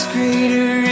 Greater